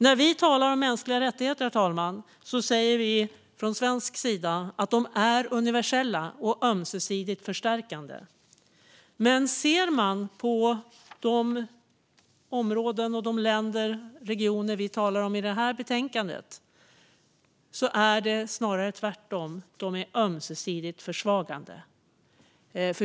När vi talar om mänskliga rättigheter, herr talman, säger vi från svensk sida att de är universella och ömsesidigt förstärkande. Men i de områden, länder och regioner vi talar om i det här betänkandet är det snarare tvärtom. De är ömsesidigt försvagande.